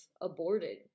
aborted